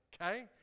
okay